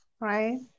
right